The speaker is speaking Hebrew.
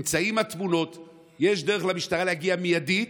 יש למשטרה דרך להגיע אליהן מיידית.